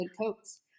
coats